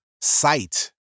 sight